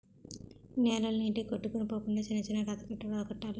నేలలు నీటికి కొట్టుకొని పోకుండా చిన్న చిన్న రాతికట్టడాలు కట్టాలి